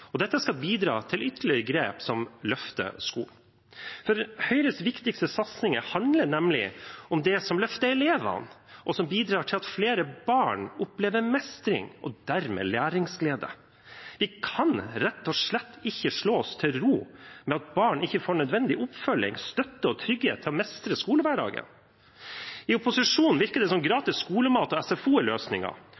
Dette skal bidra til ytterligere grep som løfter skolen. For Høyres viktigste satsinger handler nemlig om det som løfter elevene, og som bidrar til at flere barn opplever mestring og dermed læringsglede. Vi kan rett og slett ikke slå oss til ro med at barn ikke får nødvendig oppfølging, støtte og trygghet til å mestre skolehverdagen. I opposisjonen virker det som